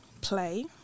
play